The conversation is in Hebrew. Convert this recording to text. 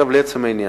לעצם העניין,